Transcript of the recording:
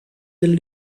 will